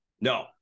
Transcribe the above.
No